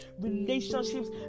relationships